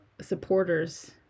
supporters